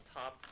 top